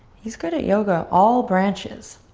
he's good at yoga, all branches.